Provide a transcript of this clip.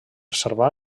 salvar